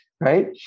right